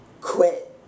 quit